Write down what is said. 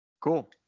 Cool